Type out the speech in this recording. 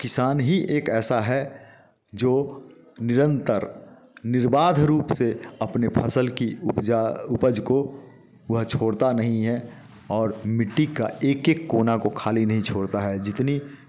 किसान ही एक ऐसा है जो निरंतर निर्बाध रूप से अपने फसल की उपज को वह छोड़ता नहीं है और मिट्टी का एक एक कोना को खाली नहीं छोड़ता है जितनी